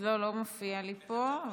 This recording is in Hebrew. לא מופיע לי פה.